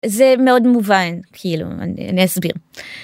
זה מאוד מובן כאילו אני אסביר.